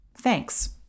Thanks